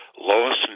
Lois